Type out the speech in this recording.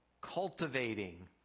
cultivating